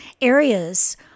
areas